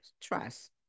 trust